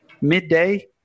midday